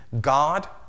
God